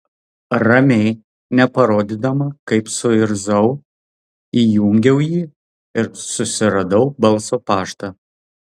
ramiai neparodydama kaip suirzau įjungiau jį ir susiradau balso paštą